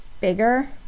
bigger